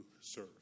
serve